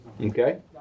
Okay